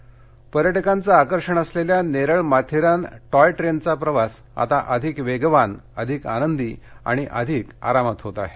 माथेरान पर्यटकांचं आकर्षण असलेल्या नेरळ माथेरान टॉय ट्रेनचा प्रवास आता अधिक वेगवान अधिक आंनंदी आणि अधिक आरामात होत आहे